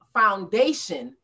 foundation